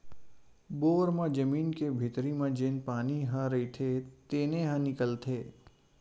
bore म जमीन के भीतरी म जेन पानी ह रईथे तेने ह निकलथे